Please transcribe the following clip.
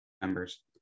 members